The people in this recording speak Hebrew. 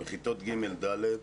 בכיתות ג' ו-ד',